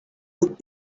would